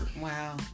Wow